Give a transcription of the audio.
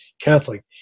Catholic